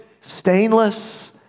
stainless